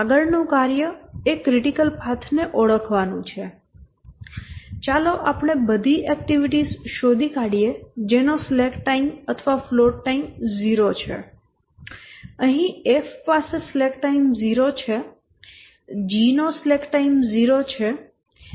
આગળનું કાર્ય એ ક્રિટિકલ પાથ ને ઓળખવાનું છે ચાલો આપણે બધી એક્ટિવિટીઝ શોધી કાઢીએ જેનો સ્લેક ટાઇમ અથવા ફ્લોટ ટાઇમ 0 છે અહીં F પાસે સ્લેક ટાઇમ 0 છે અને G નો સ્લેક ટાઇમ 0 છે